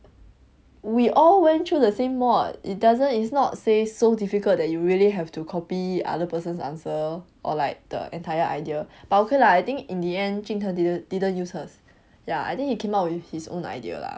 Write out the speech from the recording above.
we all went through the same mod it doesn't it's not say so difficult that you really have to copy other person's answer or like the entire idea but okay lah I think in the end jun tng didn't didn't use hers ya I think he came up with his own idea lah